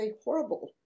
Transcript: horrible